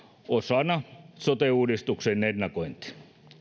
osana sote uudistuksen ennakointia